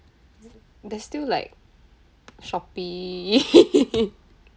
there's still like shopee